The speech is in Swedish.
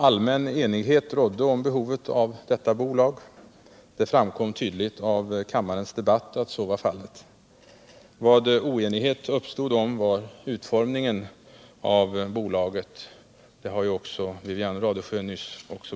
Allmän enighet rådde om behovet av detta bolag. Det framkom tydligt av kammarens debatt att så var fallet. Vad oenighet uppstod om var utformningen av bolaget.